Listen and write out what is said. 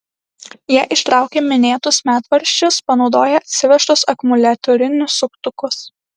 jie ištraukė minėtus medvaržčius panaudoję atsivežtus akumuliatorinius suktukus